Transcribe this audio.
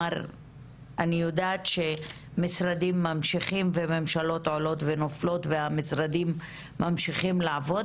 אני יודעת שממשלות עולות ונופלות והמשרדים ממשיכים לעבוד,